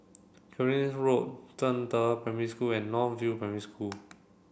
Cairnhill Road Zhangde Primary School and North View Primary School